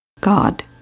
God